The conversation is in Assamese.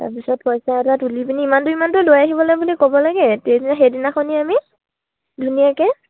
তাৰপিছত পইচা এটা তুলি পিনি ইমানটো ইমানটো লৈ আহিবলে বুলি ক'ব লাগে সেইদিনা সেইদিনাখন আমি ধুনীয়াকে